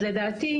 לדעתי,